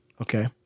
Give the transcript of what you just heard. Okay